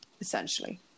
essentially